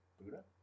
Buddha